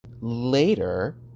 later